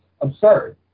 absurd